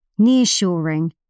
nearshoring